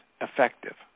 effective